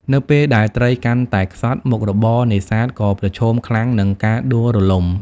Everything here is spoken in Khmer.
នៅពេលដែលត្រីកាន់តែខ្សត់ មុខរបរនេសាទក៏ប្រឈមខ្លាំងនឹងការដួលរលំ។